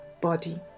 body